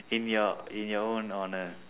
in your in your own honour